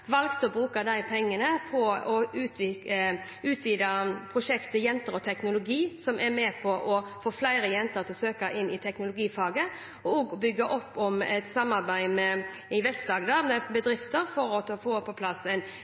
valgte regjeringen å bruke de pengene på å utvide prosjektet Jenter og teknologi, som er med på å få flere jenter til å søke seg til teknologifaget, og også på å bygge opp et samarbeid med bedrifter i Vest-Agder for å få på plass en